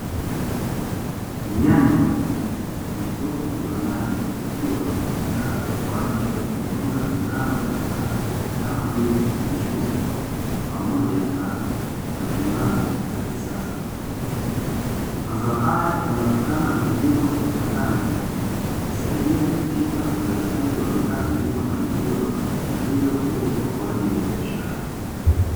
Nyanya zilizopo kiwandani, zikiwa zinachakatwa kwa ajili ya kutengeneza bidhaa mbalimbali kama vile mchuzi pamoja na kachumbari za kisasa, mazao haya yanatokana na kilimo cha viwandani husaidia katika uzalishaji wa bidhaa zilizomaliziwa na hivyo kuuzwa kwa ajili ya biashara.